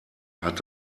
hat